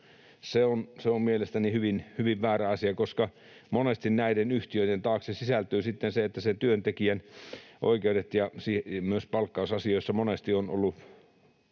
Se on mielestäni hyvin väärä asia, koska monesti näiden yhtiöiden taakse kätkeytyy sitten se, että sen työntekijän oikeuksissa myös palkkausasioissa on ollut,